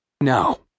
No